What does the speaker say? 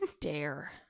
dare